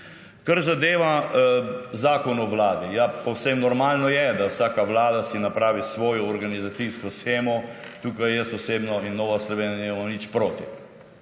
Kar zadeva zakon o vladi. Povsem normalno je, da si vsaka vlada napravi svojo organizacijsko shemo. Tukaj jaz osebno in Nova Slovenija nimamo nič proti,